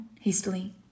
hastily